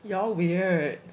you all weird